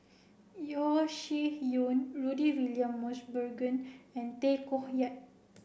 Yeo Shih Yun Rudy William Mosbergen and Tay Koh Yat